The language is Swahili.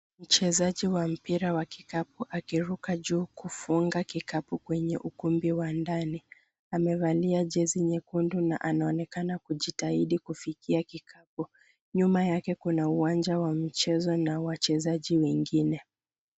Mchezaji wa mpira wa kikapu akiruka juu kufunga kikapu kwenye ukumbi wa ndani. Amevalia jezi nyekundu na anaonekana kujitahidi kufikia kikapu. Nyuma yake kuna uwanja wa michezo ma wachezaji wengine.